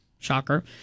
shocker